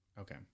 Okay